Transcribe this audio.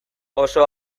oso